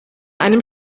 einem